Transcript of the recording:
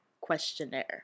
Questionnaire